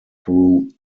through